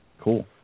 cool